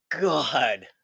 God